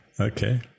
Okay